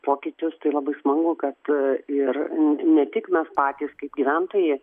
pokyčius tai labai smagu kad ir n ne tik mes patys kaip gyventojai